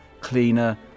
cleaner